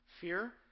fear